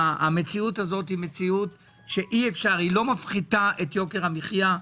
המציאות הזאת של הפחתת המכס לא מפחיתה את יוקר המחייה,